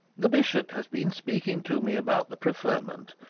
the bishop has been speaking to me about the preferment,